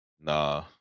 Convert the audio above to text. nah